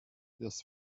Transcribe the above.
das